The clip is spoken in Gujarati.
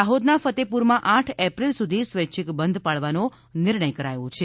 દાહોદના ફતેહપુરમાં આઠ એપ્રિલ સુધી સ્વૈચ્છિક બંધ પાળવાનો નિર્ણય કરાયો છે